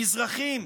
מזרחים,